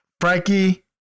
frankie